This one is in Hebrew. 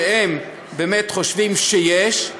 הם באמת חושבים שיש,